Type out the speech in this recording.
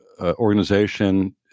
organization